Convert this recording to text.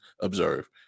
observe